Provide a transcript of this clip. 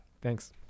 Thanks